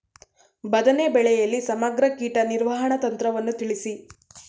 ಬದನೆ ಬೆಳೆಯಲ್ಲಿ ಸಮಗ್ರ ಕೀಟ ನಿರ್ವಹಣಾ ತಂತ್ರವನ್ನು ತಿಳಿಸಿ?